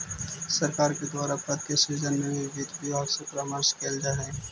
सरकार के द्वारा पद के सृजन में भी वित्त विभाग से परामर्श कैल जा हइ